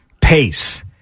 Pace